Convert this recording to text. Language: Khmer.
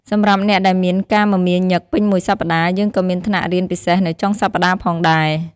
សម្រាប់អ្នកដែលមានការមមាញឹកពេញមួយសប្តាហ៍ យើងក៏មានថ្នាក់រៀនពិសេសនៅចុងសប្តាហ៍ផងដែរ។